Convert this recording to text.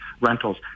rentals